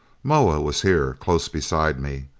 moa was here, close beside me.